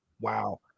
wow